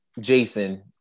Jason